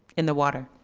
in the water.